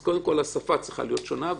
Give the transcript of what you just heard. אז קודם כול השפה צריכה להיות שונה.